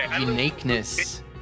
uniqueness